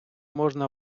можна